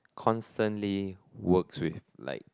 constantly works with like